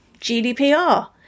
GDPR